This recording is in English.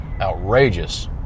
outrageous